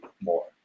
more